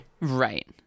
Right